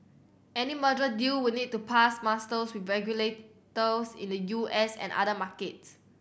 any merger deal would need to pass musters with regulators in the U S and other markets